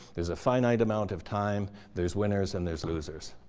there's a finite amount of time. there's winners, and there's losers.